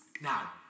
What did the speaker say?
Now